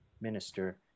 minister